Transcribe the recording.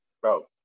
bro